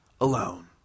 alone